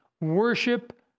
worship